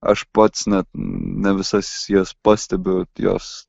aš pats net ne visas jas pastebiu jos